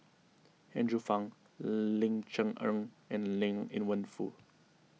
Andrew Phang Ling Cher Eng and Liang Wenfu